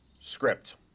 script